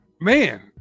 man